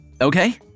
okay